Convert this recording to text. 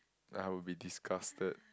I will be disgusted